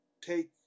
take